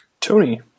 Tony